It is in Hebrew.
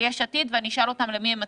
של יש עתיד ואשאל אותם למי הם מצביעים.